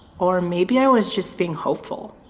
or maybe i was just being hopeful.